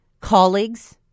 colleagues